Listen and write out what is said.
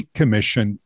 Commission